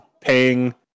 paying